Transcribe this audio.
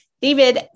David